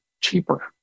cheaper